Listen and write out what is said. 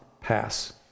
pass